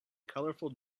colorful